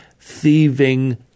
thieving